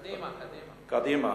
קדימה, קדימה.